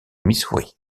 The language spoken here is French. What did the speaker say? missouri